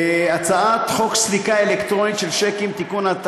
הצעת חוק סליקה אלקטרונית של שיקים (תיקון),